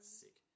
sick